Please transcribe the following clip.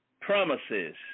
promises